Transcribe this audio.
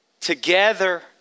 together